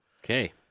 Okay